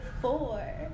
four